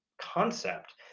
concept